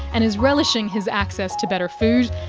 and is relishing his access to better food,